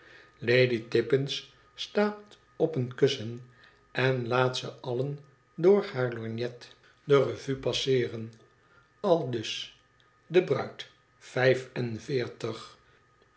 lady tippins staat op een kussen en laat ze allen door haar lorgnet de revue passeeren aldus de bruid vijf en veertig